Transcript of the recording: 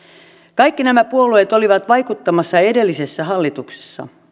kaikki nämä puolueet olivat vaikuttamassa edellisessä hallituksessa